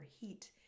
heat